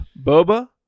Boba